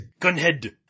Gunhead